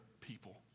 people